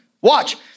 Watch